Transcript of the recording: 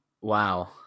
wow